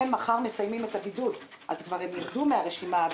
מחר הם מסיימים את הבידוד, הם יורדים מהרשימה.